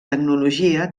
tecnologia